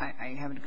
i haven't